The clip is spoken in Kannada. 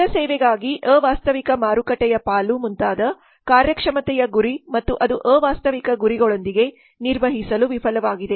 ಹೊಸ ಸೇವೆಗಾಗಿ ಅವಾಸ್ತವಿಕ ಮಾರುಕಟ್ಟೆಯ ಪಾಲು ಮುಂತಾದ ಕಾರ್ಯಕ್ಷಮತೆಯ ಗುರಿ ಮತ್ತು ಅದು ಅವಾಸ್ತವಿಕ ಗುರಿಗಳೊಂದಿಗೆ ನಿರ್ವಹಿಸಲು ವಿಫಲವಾಗಿದೆ